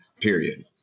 period